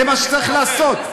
זה מה שצריך לעשות.